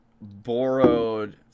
borrowed